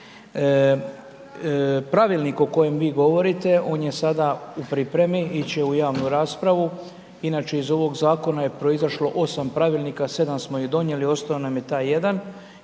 Pravilnikom o kojem vi govorite, on je sada u pripremi, ići će u javnu raspravu. Inače iz ovog zakona je proizašlo 8 pravilnika, 7 smo donijeli, ostao nam je taj jedan